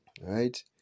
Right